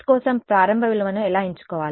x కోసం ప్రారంభ విలువను ఎలా ఎంచుకోవాలి